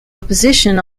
opposition